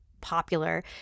popular